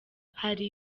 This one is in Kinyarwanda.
hari